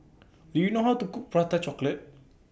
Do YOU know How to Cook Prata Chocolate